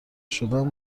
شدم